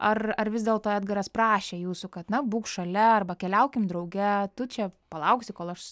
ar ar vis dėlto edgaras prašė jūsų kad na būk šalia arba keliaukim drauge tu čia palauksi kol aš